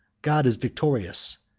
god is victorious!